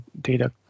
data